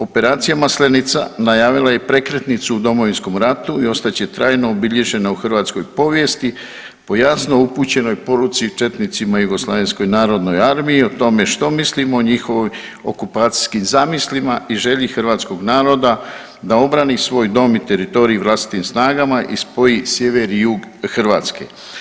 Operacija Maslenica najavila je i prekretnicu u Domovinskom ratu i ostat će trajno obilježena u hrvatskoj povijesti po jasno upućenoj poruci četnicima i Jugoslavenskoj Narodnoj Armiji, o tome što mislimo o njihovim okupacijskim zamislima i želji hrvatskog naroda da obrani svoj dom i teritorij vlastitim snagama i spoji sjever i jug Hrvatske.